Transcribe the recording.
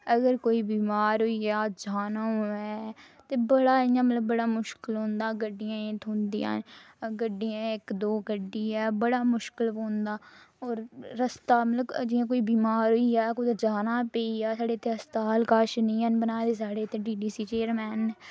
अगर कोई बिमार होई जा जाना होऐ ते बड़ा इयां मतलब बड़ा मुश्कल होंदा गड्डियां नी थ्होंदियां गड्डियां इक दो गड्डी ऐ बड़ा मुश्कल पौंदा और रस्ता मतलब जियां रस्ता कोई बिमार होई गेआ कुतै जाना पेई जा साढ़े अस्ताल कच्छ नी हैन बनाए दे साढ़े इत्थै डीडीसी चेयरमैन